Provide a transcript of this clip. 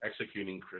executing